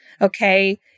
Okay